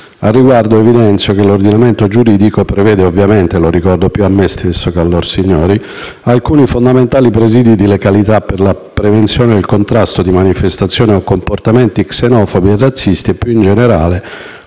Al riguardo evidenzio che l'ordinamento giuridico prevede - lo ricordo più a me stesso che a lorsignori - alcuni fondamentali presìdi di legalità per la prevenzione e il contrasto di manifestazioni o comportamenti xenofobi e razzisti e, più in generale,